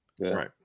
right